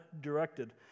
directed